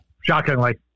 Shockingly